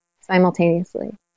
simultaneously